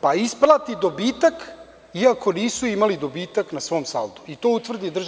pa isplati dobitak, iako nisu imali dobitak na svom saldu i to utvrdi DRI.